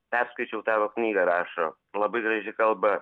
perskaičiau tavo knygą rašo labai graži kalba